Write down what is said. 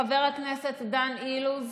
חבר הכנסת דן אילוז,